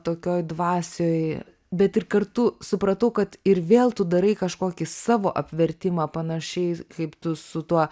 tokioj dvasioj bet ir kartu supratau kad ir vėl tu darai kažkokį savo apvertimą panašiai kaip tu su tuo